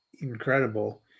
incredible